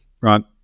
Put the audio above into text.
right